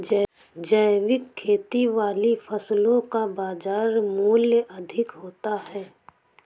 जैविक खेती वाली फसलों का बाज़ार मूल्य अधिक होता है